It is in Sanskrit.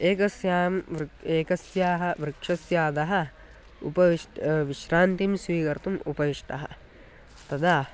एकस्यां वृ एकस्याः वृक्षस्याधः उपविष्टः विश्रान्तिं स्वीकर्तुम् उपविष्टः तदा